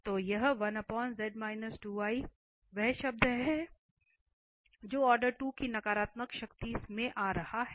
तो वह शब्द है जो ऑर्डर 2 की नकारात्मक शक्ति में आ रहा है